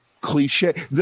cliche